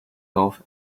north